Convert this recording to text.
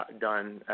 done